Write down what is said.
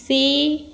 C